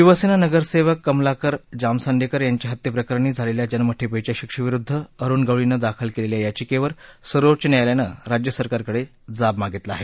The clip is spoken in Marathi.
शिवसेना नगरसेवक कमलाकर जामसंडेकर यांच्या हत्येप्रकरणी झालेल्या जन्मठेपेच्या शिक्षेविरुद्ध अरुण गवळीनं दाखल केलेल्या याचिकेवर सर्वोच्च न्यायालयानं राज्यसरकारकडे जाब मागितला आहे